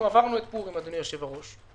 עברנו את פורים, אדוני יושב-הראש,